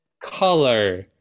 color